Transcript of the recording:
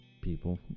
people